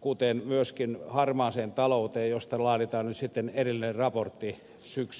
kuten myöskin harmaaseen talouteen josta laaditaan nyt sitten erillinen raportti syksyn aikana